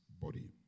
body